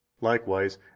Likewise